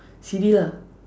C_D ah